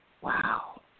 Wow